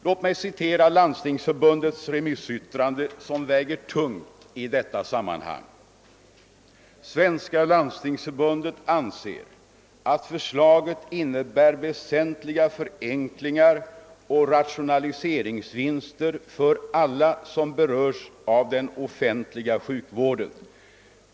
Låt mig citera Landstingsförbundets remissyttrande, som väger tungt i detta sammanhang: »Svenska landstingsförbundet anser att förslaget innebär väsentliga förenklingar och rationaliseringsvinster för alla som berörs av den offentliga sjukvården.